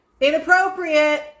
Inappropriate